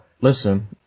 Listen